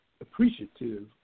appreciative